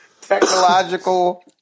technological